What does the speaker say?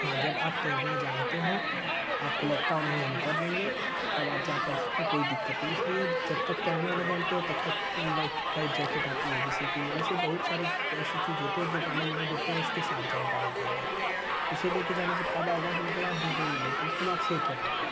हाँ जब आप तैरना जानते हों आपको लगता हो नहीं हम कर लेंगे तब आप जाकर आ सकते हैं कोई दिक्कत नहीं है इसलिए जब तक तैरना न जानते हों तब तक लाइफ लाइफ जैकेट आती है जैसे कि वैसे बहुत सारी वैसी चीज़ होती है जो पानी में नहीं डूबती हैं उसी के साथ जाएँ अन्दर उसे लेकर जाने से फ़ायदा होगा क्योंकि आप डूबेंगे नहीं कम से कम आप सेफ रहेंगे